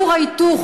כור ההיתוך